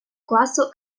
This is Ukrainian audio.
класу